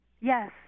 Yes